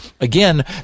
Again